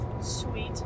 Sweet